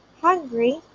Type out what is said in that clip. Hungry